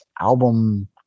album